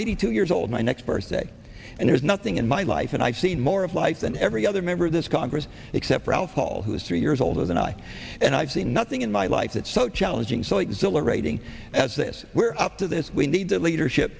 maybe two years old my next birthday and there's nothing in my life and i've seen more of life than every other member of this congress except ralph hall who is three years older than i and i've seen nothing in my life that so challenging so exhilarating as this we're up to this we need that leadership